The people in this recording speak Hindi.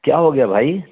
क्या हो गया भाई